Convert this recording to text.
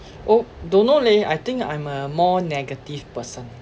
oh don't know leh I think I'm a more negative person